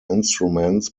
instruments